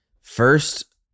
first